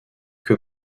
que